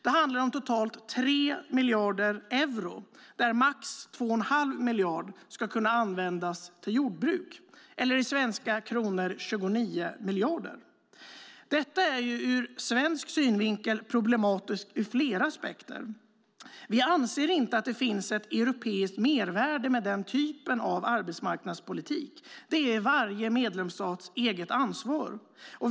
Det handlar om totalt 3 miljarder euro där max 2 1⁄2 miljard ska kunna användas till jordbruk. I svenska kronor handlar det om 29 miljarder. Ur svensk synvinkel är detta problematiskt ur flera aspekter. Vi anser inte att det finns ett europeiskt mervärde med den typen av arbetsmarknadspolitik. Det är varje medlemsstats eget ansvar.